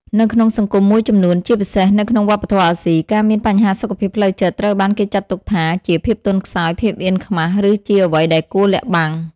នៅក្នុងសង្គមមួយចំនួន ជាពិសេសនៅក្នុងវប្បធម៌អាស៊ី ការមានបញ្ហាសុខភាពផ្លូវចិត្តត្រូវបានគេចាត់ទុកថាជា ភាពទន់ខ្សោយ ភាពអៀនខ្មាស ឬជាអ្វីដែលគួរលាក់បាំង។